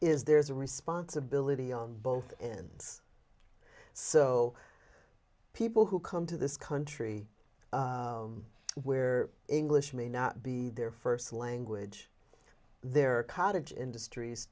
is there's a responsibility on both ends so people who come to this country where english may not be their first language their cottage industr